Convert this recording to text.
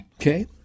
Okay